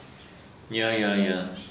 ya ya ya